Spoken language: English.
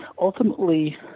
ultimately